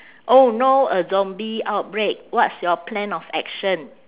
oh no a zombie outbreak what's your plan of action